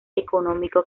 económico